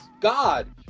God